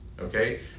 okay